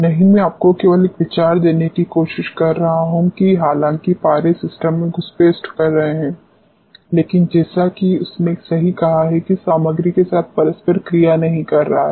नहीं मैं आपको केवल एक विचार देने की कोशिश कर रहा हूं कि हालांकि पारा सिस्टम में घुसपैठ कर रहा है लेकिन जैसा कि उसने सही कहा है कि सामग्री के साथ परस्पर क्रिया नहीं कर रहा है